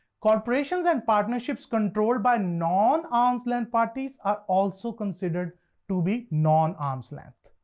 corporations and partnerships controlled by non-arm's length parties are also considered to be non-arm's length.